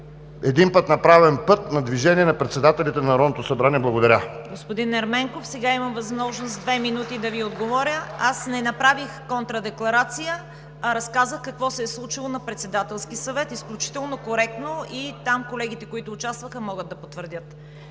един път, направен път на движение на председателите на Народното събрание. Благодаря. ПРЕДСЕДАТЕЛ ЦВЕТА КАРАЯНЧЕВА: Господин Ерменков, сега имам възможност в две минути, да Ви отговоря. Аз не направих контрадекларация, а разказах какво се е случило на Председателски съвет изключително коректно. Това колегите, които участваха, могат да потвърдят.